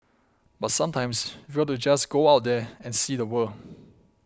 but sometimes further just go out there and see the world